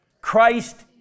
Christ